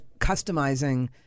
customizing